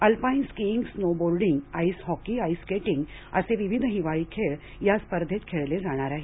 alpine skiing snowboarding ice hockey ice skating असे विविध हिवाळी खेळ या स्पर्धेत खेळले जाणार आहेत